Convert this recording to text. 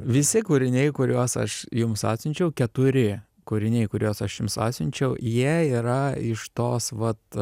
visi kūriniai kuriuos aš jums atsiunčiau keturi kūriniai kuriuos aš jums atsiunčiau jie yra iš tos vat